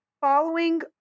following